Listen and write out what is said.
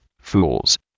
Fools